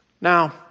Now